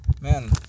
Man